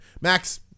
Max